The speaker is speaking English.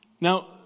Now